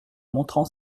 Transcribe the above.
montrant